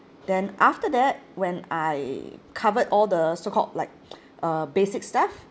then after that when I covered all the so called like uh basic stuff